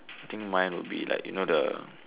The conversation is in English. I think mine would be like you know the